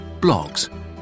blogs